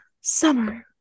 summer